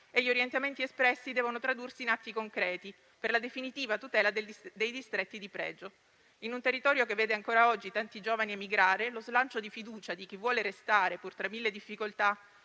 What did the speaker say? e gli orientamenti espressi devono tradursi in atti concreti per la definitiva tutela dei distretti di pregio. In un territorio che vede ancora oggi tanti giovani emigrare, lo slancio di fiducia di chi vuole restare, pur tra mille difficoltà,